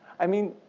i mean,